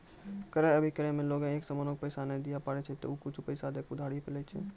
क्रय अभिक्रय मे लोगें एगो समानो के पैसा नै दिये पारै छै त उ कुछु पैसा दै के उधारी पे लै छै